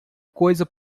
coisa